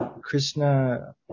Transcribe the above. Krishna